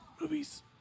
movies